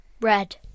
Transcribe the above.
Red